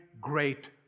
great